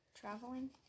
Traveling